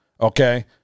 Okay